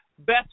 Best